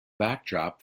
backdrop